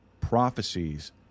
prophecies